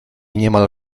niemal